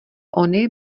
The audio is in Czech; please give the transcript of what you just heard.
ony